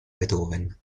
beethoven